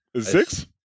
six